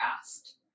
asked